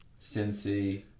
Cincy